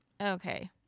Okay